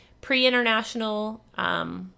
pre-international